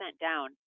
down